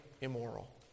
immoral